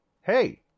Hey